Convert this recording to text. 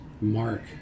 mark